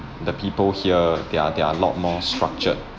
the people here they're they're a lot more structured